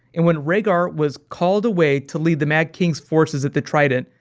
and when rhaegar was called away to lead the mad king's forces at the trident,